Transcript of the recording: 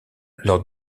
lors